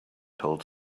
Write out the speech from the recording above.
told